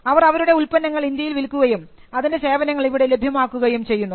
അവർ അവരുടെ ഉൽപ്പന്നങ്ങൾ ഇന്ത്യയിൽ വിൽക്കുകയും അതിൻറെ സേവനങ്ങൾ ഇവിടെ ലഭ്യമാക്കുകയും ചെയ്യുന്നു